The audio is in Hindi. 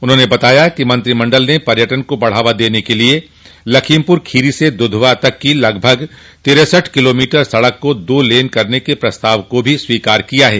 उन्होंने बताया कि मंत्रिमंडल ने पर्यटन को बढ़ावा देने के लिए लखीमपुर खीरी से दुधवा तक की लगभग तिरसठ किलोमीटर सड़क को दो लेन करने के प्रस्ताव को भी स्वीकार किया है